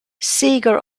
seeger